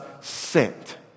sent